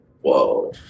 Whoa